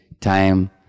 time